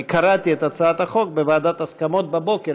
אני קראתי את הצעת החוק בוועדת ההסכמות בבוקר,